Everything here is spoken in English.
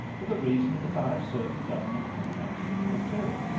for the reason that i have certain government contracts to fulfil.